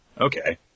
Okay